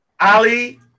Ali